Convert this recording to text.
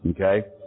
Okay